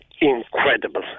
incredible